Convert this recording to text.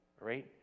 right